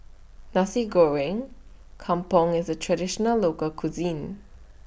Nasi Goreng Kampung IS A Traditional Local Cuisine